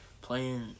playing